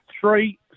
three